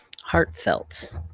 heartfelt